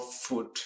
food